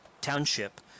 township